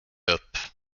upp